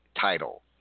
title